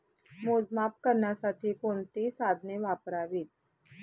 मोजमाप करण्यासाठी कोणती साधने वापरावीत?